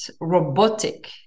robotic